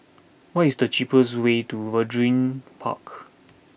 what is the cheapest way to Waringin Park